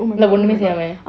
ஒன்னுமே சையாம:onnume cheyaama